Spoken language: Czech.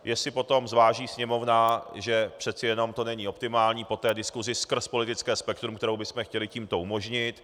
Jestli potom zváží Sněmovna, že přeci jenom to není optimální, po té diskusi skrz politické spektrum, kterou bychom chtěli tímto umožnit.